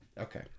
Okay